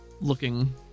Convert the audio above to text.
looking